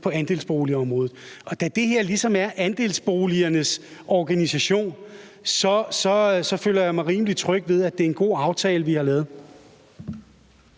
på andelsboligområdet. Og da ABF ligesom er andelsbolighavernes organisation, føler jeg mig rimelig tryg ved, at det er en god aftale, vi har lavet.